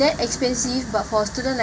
that expensive but for student like